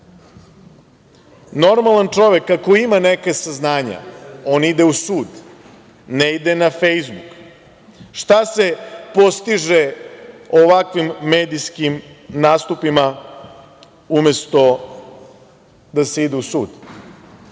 nemoguće. Normalan čovek kako ima neka saznanja on ide u sud, ne ide na Fejsbuk. Šta se postiže ovakvim medijskim nastupima umesto da se ide u sud?